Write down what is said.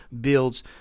builds